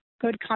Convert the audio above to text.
good